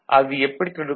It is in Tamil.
அது எப்படி தடுக்கும்